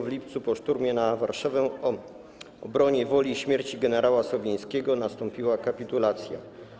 W lipcu po szturmie na Warszawę, obronie Woli i śmierci gen. Sowińskiego nastąpiła kapitulacja.